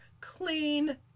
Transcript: clean